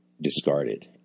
discarded